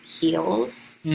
heels